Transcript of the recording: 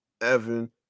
evan